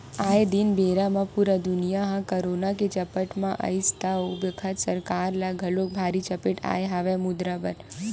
आये दिन बेरा म पुरा दुनिया ह करोना के चपेट म आइस त ओ बखत सरकार ल घलोक भारी चपेट आय हवय मुद्रा बर